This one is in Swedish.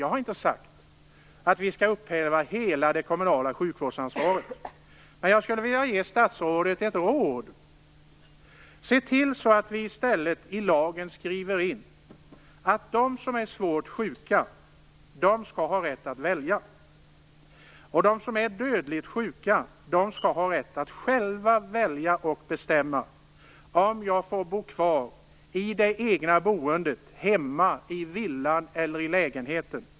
Jag har inte sagt att vi skall upphäva hela det kommunala sjukvårdsansvaret, men jag skulle vilja ge statsrådet ett råd: Se till att vi i stället skriver in i lagen att de som är svårt sjuka skall ha rätt att välja och att de som är dödligt sjuka skall ha rätt att själva välja och bestämma om de vill bo kvar i det egna boendet, hemma i villan eller i lägenheten.